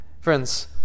Friends